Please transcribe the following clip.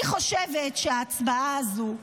אני חושבת שההצעה הזו,